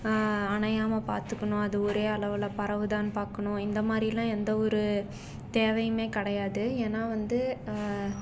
அணையாமல் பார்த்துக்கணும் அது ஒரே அளவில் பரவுதான்னு பார்க்கணும் இந்தமாதிரிலாம் எந்தவொரு தேவையுமே கிடையாது ஏன்னால் வந்து